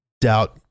doubt